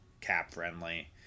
cap-friendly